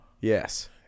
Yes